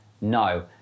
No